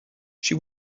she